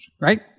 right